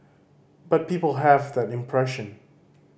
but people have that impression